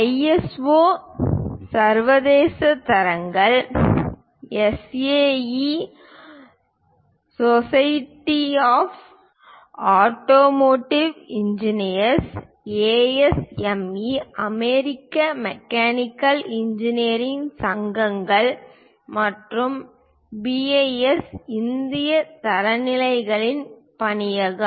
ISO சர்வதேச தரநிலைகள் SAE society of automotive engineers ASME அமெரிக்க மெக்கானிக்கல் இன்ஜினியரிங் சங்கங்கள் மற்றும் BIS இந்திய தரநிலைகளின் பணியகம்